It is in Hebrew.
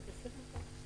הצבעה אושר.